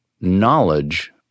knowledge